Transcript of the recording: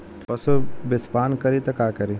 पशु विषपान करी त का करी?